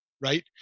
right